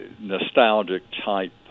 nostalgic-type